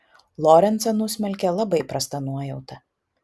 lorencą nusmelkė labai prasta nuojauta